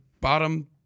bottom